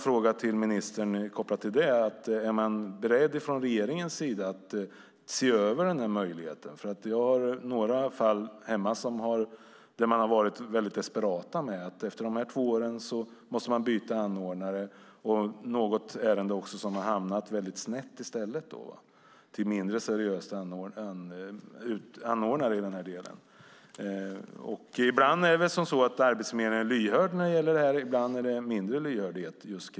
Är man från regeringens sida beredd att se över detta? Jag har några fall där hemma med personer som är desperata över att behöva byta anordnare efter de här två åren. I något ärende har man också hamnat väldigt snett hos mindre seriösa anordnare. Ibland är Arbetsförmedlingen lyhörd när det gäller detta, men ibland är lyhördheten mindre.